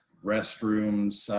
restrooms,